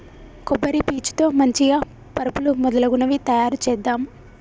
కొబ్బరి పీచు తో మంచిగ పరుపులు మొదలగునవి తాయారు చేద్దాం